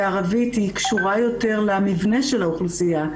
הערבית קשורה יותר למבנה של האוכלוסייה,